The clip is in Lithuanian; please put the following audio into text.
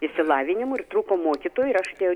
išsilavinimu ir trūko mokytojų ir aš atėjau